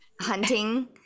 hunting